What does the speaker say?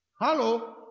Hello